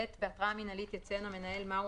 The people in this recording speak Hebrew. (ב) בהתראה מינהלית יציין המנהל מהו